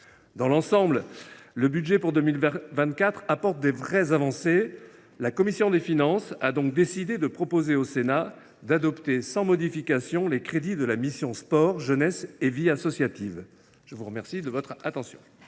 Dans l’ensemble, le budget pour 2024 apporte de réelles avancées. La commission des finances a donc décidé de proposer au Sénat d’adopter sans modification les crédits de la mission « Sport, jeunesse et vie associative ». La parole est à M.